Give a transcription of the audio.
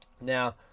Now